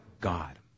God